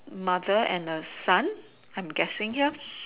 mother and a son I'm guessing here